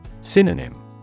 Synonym